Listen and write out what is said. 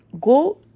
go